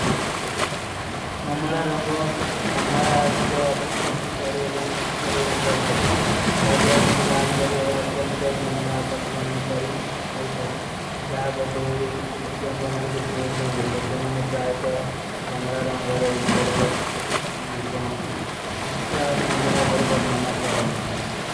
କମଲା ରଂଗ କା ଅଚ୍ଛୀ ସକ୍ତି ସାଲୀ ଔର ସକ୍ତି ସାଲୀ ରଂଗ ହୋଈ ପାରେଂ। ହଲାଦେ ଔର ଲାଲ ପର ଯହାଁ ଅଚ୍ଛୀ ଧ୍ଯାନ ଆକର୍ଷନ ହୋଈ ପାରେଂ। ଜାଏ ବଦ୍ଧୋଈ ଵିଜ୍ଞାନ ପନାରେ ଵେପର ହୋତୋ ହୋଈ। ଲୋଗୋଂ ମାନେ ପ୍ରାଯେ ତୋ କମଡା ରଂଗ ଔର ଉଦ୍ଜୋଡା ଖୁଶୀ ଏବଂଗ ଉସ ଚାହା ଜାନା କୋ ଭାବରେ ବନନା ନା କରନ ଦୀ।